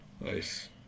nice